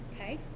Okay